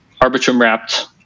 Arbitrum-wrapped